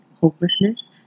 hopelessness